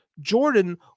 jordan